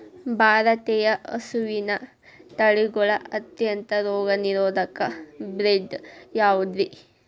ಭಾರತೇಯ ಹಸುವಿನ ತಳಿಗಳ ಅತ್ಯಂತ ರೋಗನಿರೋಧಕ ಬ್ರೇಡ್ ಯಾವುದ್ರಿ?